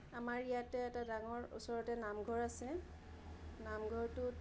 আমাৰ ইয়াতে এটা ডাঙৰ ওচৰতে এটা নামঘৰ আছে নামঘৰটোত